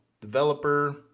developer